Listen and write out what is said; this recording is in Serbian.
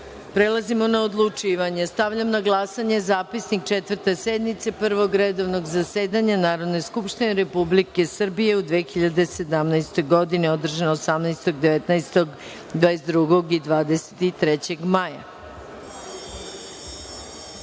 sazivu. Prelazimo na odlučivanje. Stavljam na glasanje Zapisnik Četvrte sednice Prvog redovnog zasedanja Narodne skupštine Republike Srbije u 2017. godini, održane 18, 19, 22. i 23. maja